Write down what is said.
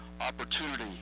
opportunity